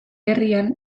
herrian